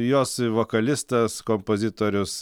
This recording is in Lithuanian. jos vokalistas kompozitorius